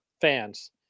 fans